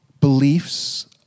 beliefs